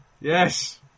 Yes